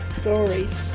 stories